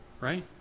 Right